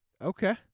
Okay